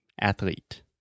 Athlete